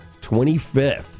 25th